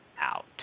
out